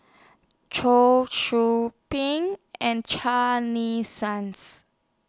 Cheong Soo Pieng and Charney Suns